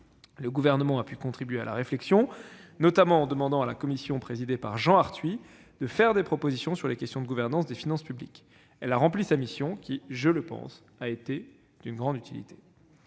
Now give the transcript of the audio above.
Le Gouvernement a contribué à la réflexion, notamment en demandant à la commission sur l'avenir des finances publiques, présidée par Jean Arthuis, de faire des propositions sur les questions de gouvernance des finances publiques. Elle a rempli sa mission, qui, je le pense, a été d'une grande utilité.